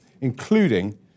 including